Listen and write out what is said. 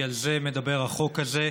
כי על זה מדבר החוק הזה.